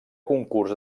concurs